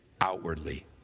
outwardly